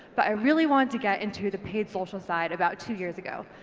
but i really wanted to get into the paid social side about two years ago.